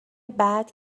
بعد